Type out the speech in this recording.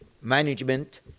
management